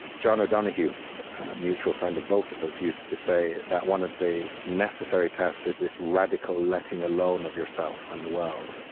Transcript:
john o'donohue, a mutual friend of both of us, used to say that one of the necessary tasks is this radical letting alone of yourself in the world,